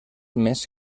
més